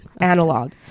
Analog